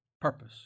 Purpose